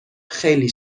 خیلی